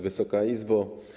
Wysoka Izbo!